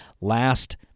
last